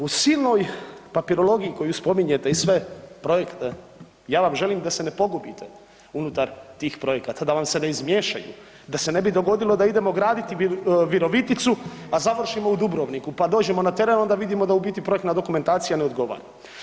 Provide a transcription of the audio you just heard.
U silnom papirologiji koju spominjete i sve projekte ja vam želim da se ne pogubite unutar tih projekata, da vam se ne izmiješaju, da se ne bi dogodilo da idemo graditi Viroviticu, a završimo u Dubrovniku pa dođemo na teren onda vidimo da u biti projektna dokumentacija ne odgovara.